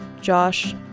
Josh